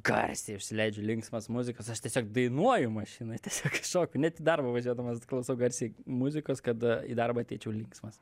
garsiai užsileidžiu linksmas muzikas aš tiesiog dainuoju mašinoj tiesiog šoku net į darbą važiuodamas klausau garsiai muzikos kad į darbą ateičiau linksmas